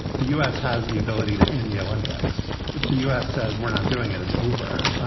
the u s. has the ability to end the olympics. if the u s. says we're not doing it, it's over.